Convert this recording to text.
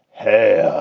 hey,